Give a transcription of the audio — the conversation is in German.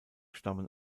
stammen